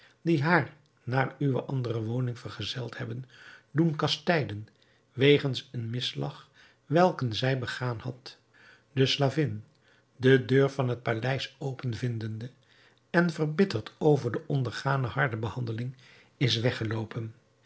die haar naar uwe andere woning vergezeld hebben doen kastijden wegens een misslag welken zij begaan had de slavin de deur van het paleis open vindende en verbitterd over de ondergane harde behandeling is weggeloopen